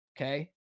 okay